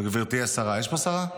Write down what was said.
וגברתי השרה, יש פה שרה?